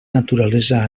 naturalesa